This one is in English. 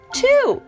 two